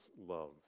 love